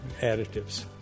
additives